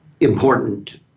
important